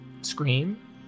scream